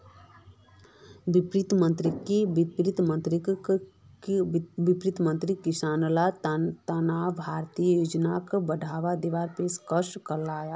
वित्त मंत्रीक किसानेर तने भारतीय योजनाक बढ़ावा दीवार पेशकस करले